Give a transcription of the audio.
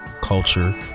culture